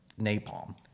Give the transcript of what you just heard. napalm